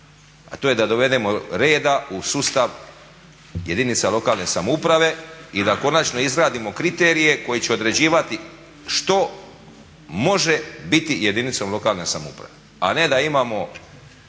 a to je da dovedemo reda u sustav jedinica lokalne samouprave i da konačno izradimo kriterije koji će određivati što može biti jedinicom lokalne samouprave